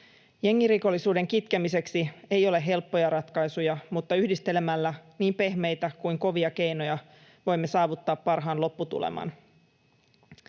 Jengirikollisuuden kitkemiseksi ei ole helppoja ratkaisuja, mutta yhdistelemällä niin pehmeitä kuin kovia keinoja voimme saavuttaa parhaan lopputuleman.